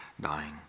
dying